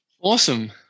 Awesome